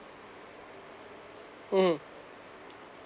mmhmm